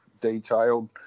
detailed